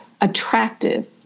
attractive